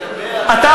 תקשיב,